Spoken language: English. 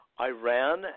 Iran